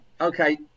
Okay